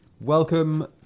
Welcome